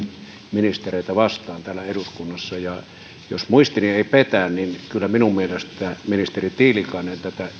ministereitä vastaan täällä eduskunnassa jos muistini ei petä niin kyllä minun mielestäni ministeri tiilikainen tätä